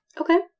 Okay